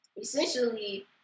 essentially